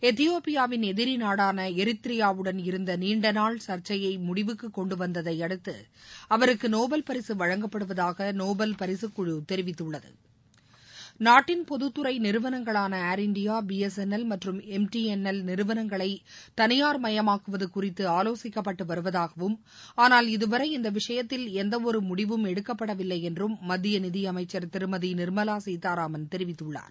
எத்தியோபியாவின் எதிரி நாடான எரித்திரியாவுடன் இருந்த நீண்டநாள் சர்ச்சையை முடிவுக்குக் கொண்டு வந்ததை அடுத்து அவருக்கு நோபல் பரிசு வழங்கப்படுவதாக நோபல் பரிசக்குழு தெரிவித்துள்ளது நாட்டின் பொதத்துறை நிறுவனங்களான ஏர் இந்தியா பிஎஸ்என்எல் மற்றும் எம்டிஎன்எல் நிறுவனங்களை தனியார்மபமாக்குவது குறித்து ஆவோசிக்கப்பட்டு வருவதாகவும் ஆனால் இதுவரை இந்த விஷயத்தில் எந்தவொரு முடிவும் எடுக்கப்படவில்லை என்றும் மத்திய நிதியமைச்ச் திருமதி நிர்மலா சீதாராமன் தெரிவித்துள்ளார்